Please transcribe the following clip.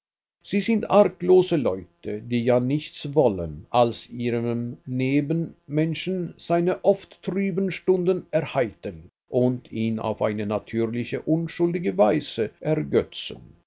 sie sind arglose leute die ja nichts wollen als ihrem nebenmenschen seine oft trüben stunden erheitern und ihn auf eine natürliche unschuldige weise ergötzen